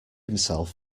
himself